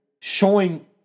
showing